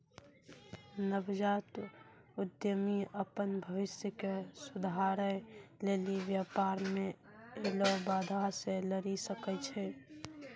नवजात उद्यमि अपन भविष्य के सुधारै लेली व्यापार मे ऐलो बाधा से लरी सकै छै